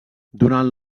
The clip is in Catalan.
durant